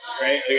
right